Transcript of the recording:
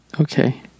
Okay